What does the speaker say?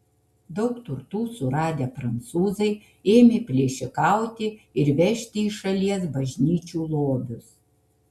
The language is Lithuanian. daug turtų suradę prancūzai ėmė plėšikauti ir vežti iš šalies bažnyčių lobius